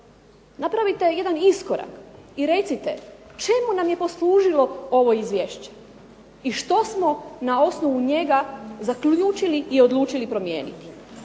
Napravite jedan iskorak i recite čemu nam je poslužilo ovo izvješće i što smo na osnovu njega zaključili i odlučili promijeniti.